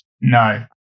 No